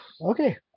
okay